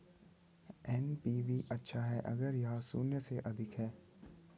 NPV अच्छा है अगर यह शून्य से अधिक है